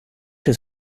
has